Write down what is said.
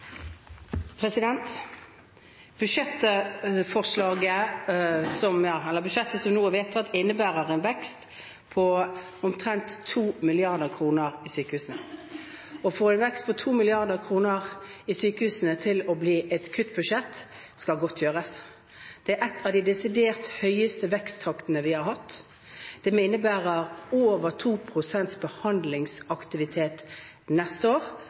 Budsjettet som nå er vedtatt, innebærer en vekst på omtrent 2 mrd. kr i sykehusene. Å få en vekst på 2 mrd. kr i sykehusene til å bli et kuttbudsjett skal godt gjøres. Dette er en av de desidert høyeste veksttaktene vi har hatt. Det innebærer over 2 pst. behandlingsaktivitet neste år.